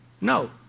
No